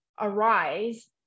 arise